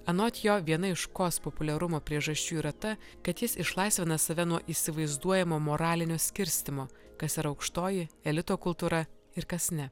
anot jo viena iš kaws populiarumo priežasčių yra ta kad jis išlaisvina save nuo įsivaizduojamo moralinio skirstymo kas ar aukštoji elito kultūra ir kas ne